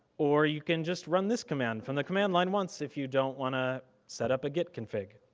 or you can just run this command from the command line once if you don't wanna set up a git config.